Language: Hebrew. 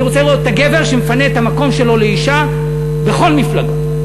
אני רוצה לראות את הגבר שמפנה את המקום שלו לאישה בכל מפלגה.